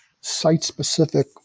site-specific